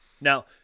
Now-